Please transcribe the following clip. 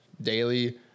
daily